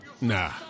Nah